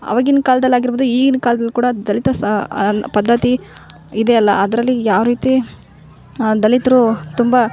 ಅವಗಿನ ಕಾಲ್ದಲ್ಲಿ ಆಗಿರ್ಬೋದು ಈಗಿನ ಕಾಲ್ದಲ್ಲಿ ಕೂಡ ದಲಿತ ಸಾ ಪದ್ಧತಿ ಇದೆಯಲ್ಲ ಅದರಲ್ಲಿ ಯಾವ ರೀತಿ ದಲಿತರು ತುಂಬ